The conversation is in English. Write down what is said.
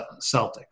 Celtics